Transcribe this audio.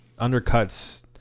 undercuts